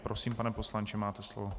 Prosím, pane poslanče, máte slovo.